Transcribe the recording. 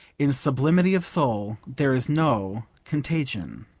in sublimity of soul there is no contagion.